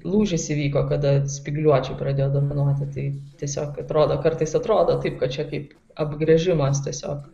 lūžis įvyko kada spygliuočiai pradeda dominuoti tai tiesiog atrodo kartais atrodo taip kad čia kaip apgręžimas tiesiog